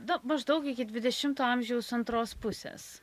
na maždaug iki dvidešimto amžiaus antros pusės